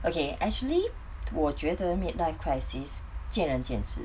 okay actually 我觉得 mid life crisis 见仁见智